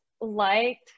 liked